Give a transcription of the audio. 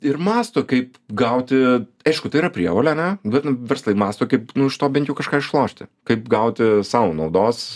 ir mąsto kaip gauti aišku tai yra prievolė ane bet verslai mąsto kaip nu iš to bent jau kažką išlošti kaip gauti sau naudos